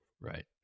right